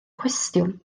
cwestiwn